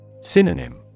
Synonym